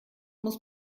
muss